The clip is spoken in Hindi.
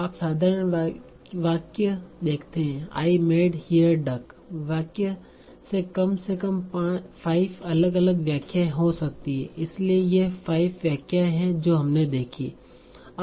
आप साधारण वाक्य देखते हैं आई मेड हियर डक वाक्य से कम से कम 5 अलग अलग व्याख्याएं हो सकती हैं इसलिए ये 5 व्याख्याएं हैं जो हमने देखीं